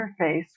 interface